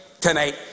tonight